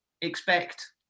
expect